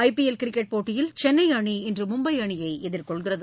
IPL cricket போட்டியில் சென்னைஅணி இன்றுமும்பைஅணியைஎதிர்கொள்கிறது